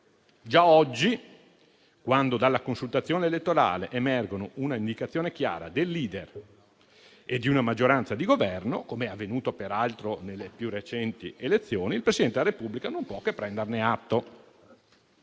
Già oggi, quando dalla consultazione elettorale emergono una indicazione chiara del *leader* e di una maggioranza di Governo, com'è avvenuto peraltro nelle più recenti elezioni, il Presidente della Repubblica non può che prenderne atto.